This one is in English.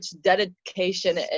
dedication